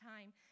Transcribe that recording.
time